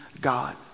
God